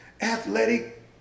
athletic